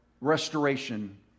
restoration